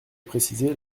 préciser